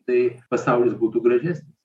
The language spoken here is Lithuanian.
tai pasaulis būtų gražesnis